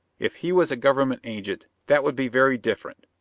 if he was a government agent, that would be very different,